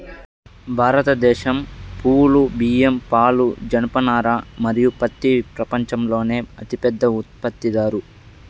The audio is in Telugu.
భారతదేశం పప్పులు, బియ్యం, పాలు, జనపనార మరియు పత్తి ప్రపంచంలోనే అతిపెద్ద ఉత్పత్తిదారు